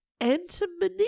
antimony